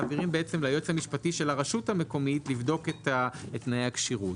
מעבירים ליועץ המשפטי של הרשות המקומי לבדוק את תנאי הכשירות.